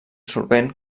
solvent